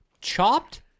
Chopped